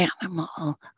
animal